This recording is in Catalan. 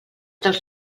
dels